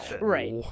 Right